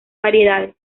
variedades